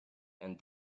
and